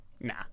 nah